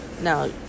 Now